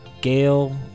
Gail